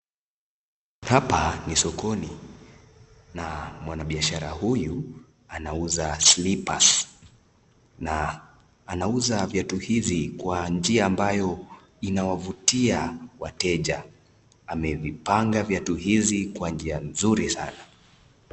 Hapa ni sokoni na mwanabiashara huyu anauza slippers na anauza viatu hizi na anauza viatu hizi kwa njia ambayo inawavutia wateja amevipanga viatu hizi kwa njia nzuri sana.